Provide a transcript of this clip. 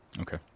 Okay